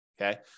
Okay